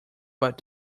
but